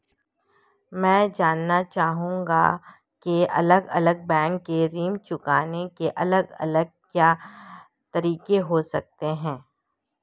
मैं जानना चाहूंगा की अलग अलग बैंक के ऋण चुकाने के अलग अलग क्या तरीके होते हैं?